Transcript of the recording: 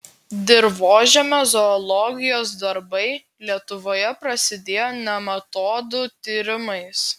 dirvožemio zoologijos darbai lietuvoje prasidėjo nematodų tyrimais